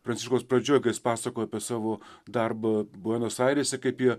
pranciškaus pradžioj kai jis pasakojo apie savo darbą buenos airėse kaip jie